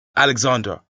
alexandra